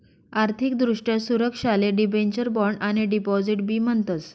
आर्थिक दृष्ट्या सुरक्षाले डिबेंचर, बॉण्ड आणि डिपॉझिट बी म्हणतस